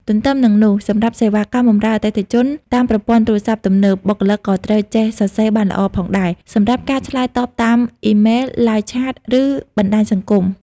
ទន្ទឹមនឹងនោះ សម្រាប់សេវាកម្មបម្រើអតិថិជនតាមប្រព័ន្ធទូរស័ព្ទទំនើប បុគ្គលិកក៏ត្រូវចេះសរសេរបានល្អផងដែរ សម្រាប់ការឆ្លើយតបតាមអ៊ីមែល Live Chat ឬបណ្ដាញសង្គម។